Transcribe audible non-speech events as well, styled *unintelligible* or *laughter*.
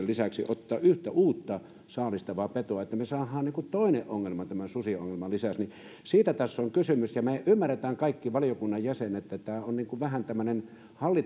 *unintelligible* lisäksi ottaa yhtä uutta saalistavaa petoa niin että me saisimme toisen ongelman tämän susiongelman lisäksi siitä tässä on kysymys me kaikki valiokunnan jäsenet ymmärrämme että tämä on vähän niin kuin tämmöinen